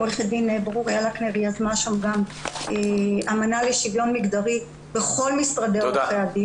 עו"ד ברוריה לקנר יזמה שם גם אמנה לשוויון מגדרי בכל משרדי עורכי הדין.